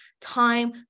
time